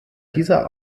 dieser